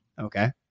Okay